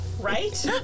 Right